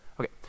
Okay